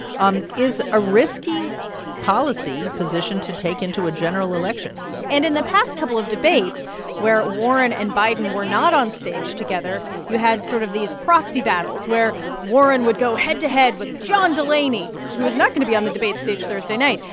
um is a risky policy position to take into a general election and in the past couple of debates where warren and biden were not on stage together, you had sort of these proxy battles where warren would go head to head with john delaney, who is not going to be on the debate stage thursday night.